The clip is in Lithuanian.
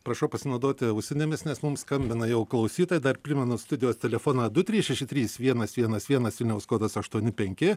prašau pasinaudoti ausinėmis nes mums skambina jau klausytojai dar primenu studijos telefonądu trys šeši trys vienas vienas vienas vilniaus kodas aštuoni penki